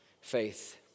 faith